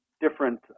Different